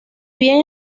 bien